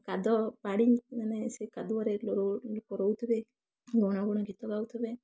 କାଦୁଅ ପାଣିମାନେ ସେ କାଦୁଅରେ ରୋଉ ଥିବେ ଗୁଣୁ ଗୁଣୁ ଗୀତ ଗାଉ ଥିବେ